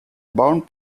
bound